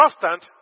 constant